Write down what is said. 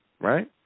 right